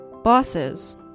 Bosses